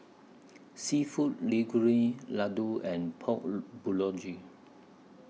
Seafood Linguine Ladoo and Pork Bulgogi